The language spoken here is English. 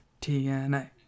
TNA